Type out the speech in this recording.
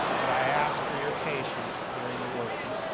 but i ask for your patience during the work.